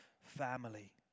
family